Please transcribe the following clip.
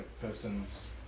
person's